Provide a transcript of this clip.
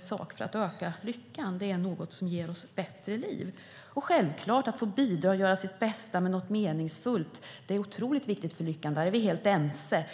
sak för att öka lyckan. Det är något som ger oss bättre liv, liksom självklart att få bidra och göra sitt bästa med något meningsfullt. Det är otroligt viktigt för lyckan; där är vi helt ense.